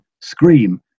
scream